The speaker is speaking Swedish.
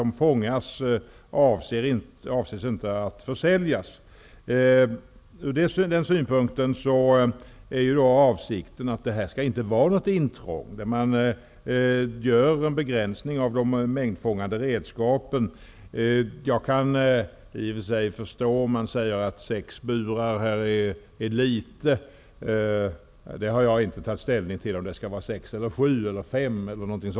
Man avser inte att försälja det som fångas. Ur den synpunkten är avsikten att detta inte skall vara något intrång. Man gör en begränsning av de mängdfångande redskapen. Jag kan förstå om man tycker att sex burar är litet. Jag har inte tagit ställning till om det skall vara fem, sex eller sju burar.